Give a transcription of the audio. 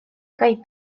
kaj